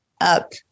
up